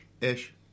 Ish